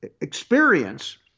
experience